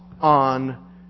on